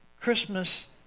Christmas